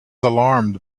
alarmed